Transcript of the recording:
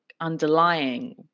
underlying